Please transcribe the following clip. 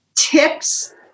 Tips